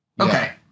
Okay